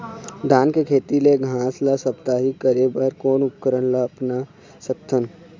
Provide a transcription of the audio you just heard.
धान के खेत ले घास ला साप्ताहिक करे बर कोन उपकरण ला अपना सकथन?